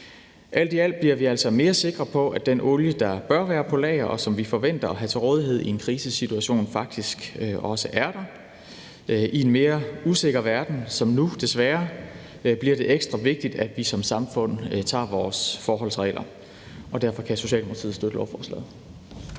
Alt i alt bliver vi altså mere sikre på, at den olie, der bør være på lager, og som vi forventer at have til rådighed i en krisesituation, faktisk også er der. I en mere usikker verden – som nu, desværre – bliver det ekstra vigtigt, at vi som samfund tager vores forholdsregler. Derfor kan Socialdemokratiet støtte lovforslaget.